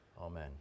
Amen